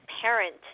parent